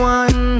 one